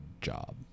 job